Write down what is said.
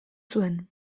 zuen